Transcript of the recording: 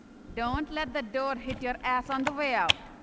don't let the door hit your ass on the way out.